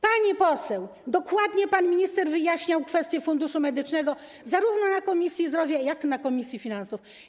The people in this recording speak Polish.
Pani poseł, dokładnie pan minister wyjaśniał kwestię Funduszu Medycznego zarówno w Komisji Zdrowia, jak i w komisji finansów.